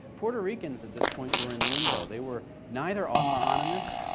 puerto ricans at this point were in limbo they were neither autonomous,